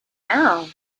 now